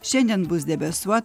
šiandien bus debesuota